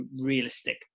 realistic